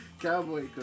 Cowboy